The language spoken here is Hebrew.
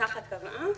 שהמפקחת קבעה